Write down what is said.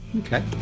okay